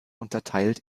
unterteilt